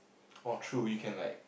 orh true you can like